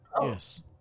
Yes